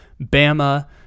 Bama